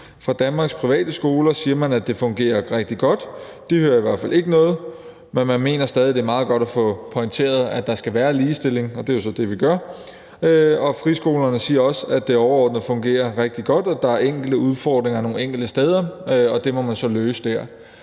I Danmarks Private Skoler siger de, at det fungerer rigtig godt. De hører i hvert fald ikke andet, men de mener stadig væk, at det er meget godt at få pointeret, at der skal være ligestilling. Det er også det, vi sørger for. Friskolerne siger også, at det overordnet fungerer rigtig godt, men at der er enkelte udfordringer nogle enkelte steder, og det må man så løse dér.